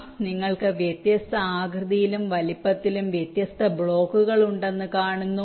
അതിനാൽ നിങ്ങൾക്ക് വ്യത്യസ്ത ആകൃതിയിലും വലുപ്പത്തിലും വ്യത്യസ്ത ബ്ലോക്കുകൾ ഉണ്ടെന്ന് നിങ്ങൾ കാണുന്നു